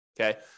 Okay